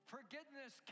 Forgiveness